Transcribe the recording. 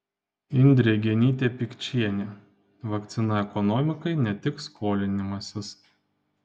indrė genytė pikčienė vakcina ekonomikai ne tik skolinimasis